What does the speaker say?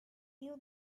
you